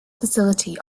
facility